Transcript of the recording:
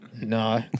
No